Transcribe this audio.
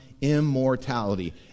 immortality